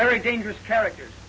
very dangerous character